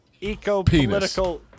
eco-political